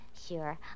Sure